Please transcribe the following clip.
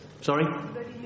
Sorry